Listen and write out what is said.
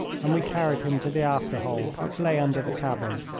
and we carried him to the after-hold, which lay under the cabin.